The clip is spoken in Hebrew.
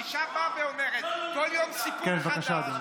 אישה באה ואומרת, כל יום סיפור חדש.